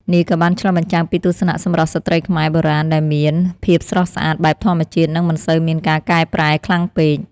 នេះក៏បានឆ្លុះបញ្ចាំងពីទស្សនៈសម្រស់ស្រ្តីខ្មែរបុរាណដែលមានភាពស្រស់ស្អាតបែបធម្មជាតិ និងមិនសូវមានការកែប្រែខ្លាំងពេក។